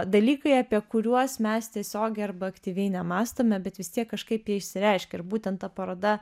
dalykai apie kuriuos mes tiesiogiai arba aktyviai nemąstome bet vis tiek kažkaip jie išsireiškia ir būtent ta paroda